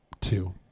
two